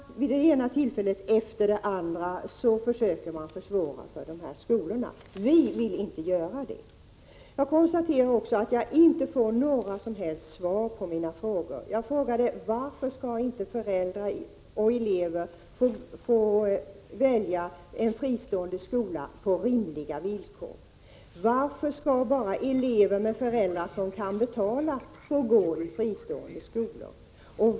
Vid det ena tillfället efter det andra försöker man försvåra för de här skolorna att verka. Vi vill inte göra det. Jag konstaterar att jag inte får några som helst svar på mina frågor. Jag frågade: Varför skall inte föräldrar och elever få välja en fristående skola på rimliga villkor? Varför skall bara elever med föräldrar som kan betala få gå i fristående skolor?